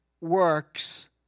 works